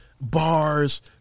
bars